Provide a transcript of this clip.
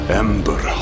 ember